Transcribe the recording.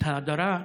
את ההדרה,